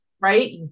right